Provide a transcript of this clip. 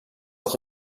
auch